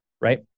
right